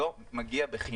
לא מגיע בחינם.